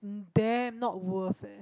damn not worth eh